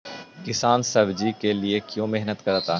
किसान सब्जी के लिए क्यों मेहनत करता है?